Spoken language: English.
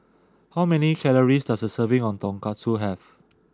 how many calories does a serving of Tonkatsu have